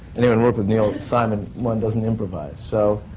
anyone working with neil simon. one doesn't improvise. so.